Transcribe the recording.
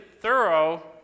thorough